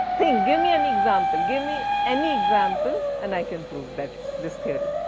think, give me an example, give me any example and i can prove that, this theory.